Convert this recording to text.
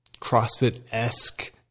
CrossFit-esque